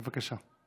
בבקשה.